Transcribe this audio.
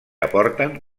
aporten